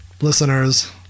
listeners